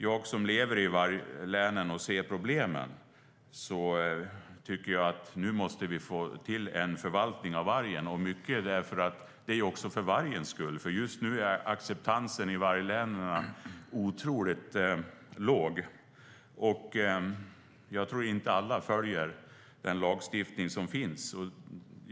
Jag, som lever i varglänen och ser problemen, tycker att vi nu måste få till en förvaltning av varg. Det är också för vargens skull, för just nu är acceptansen i varglänen otroligt låg. Jag tror inte att alla följer den lagstiftning som finns.